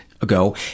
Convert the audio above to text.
ago